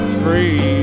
free